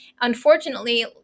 Unfortunately